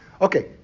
Okay